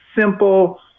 simple